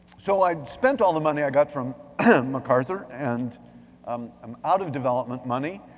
so i spent all the money i got from macarthur and i'm um out of development money.